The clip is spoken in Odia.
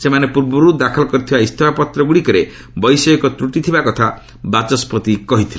ସେମାନେ ପୂର୍ବରୁ ଦାଖଲ କରିଥିବା ଇସ୍ତଫାପତ୍ରଗୁଡ଼ିକରେ ବୈଷୟିକ ତ୍ରୁଟିଥିବା କଥା ବାଚସ୍କତି ଦର୍ଶାଇଥିଲେ